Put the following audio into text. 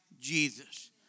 Jesus